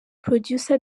producer